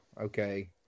okay